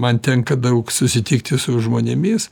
man tenka daug susitikti su žmonėmis